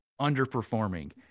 underperforming